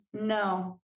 no